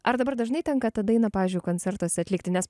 ar dabar dažnai tenka tą dainą pavyzdžiui koncertuose atlikti nes